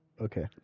Okay